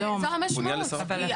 זו שנה שלמה שיש ועדה בלא הסמכה.